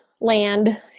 land